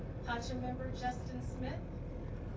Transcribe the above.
pacha member justin smith. here.